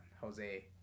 Jose